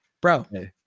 Bro